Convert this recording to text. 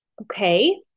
okay